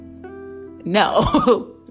no